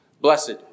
blessed